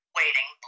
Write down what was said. waiting